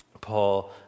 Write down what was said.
Paul